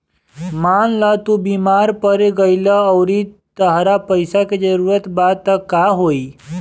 मान ल तू बीमार पड़ गइलू अउरी तहरा पइसा के जरूरत बा त का होइ